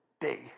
big